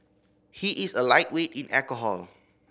he is a lightweight in alcohol